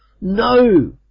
No